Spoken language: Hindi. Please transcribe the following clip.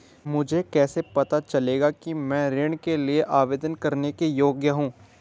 मुझे कैसे पता चलेगा कि मैं ऋण के लिए आवेदन करने के योग्य हूँ?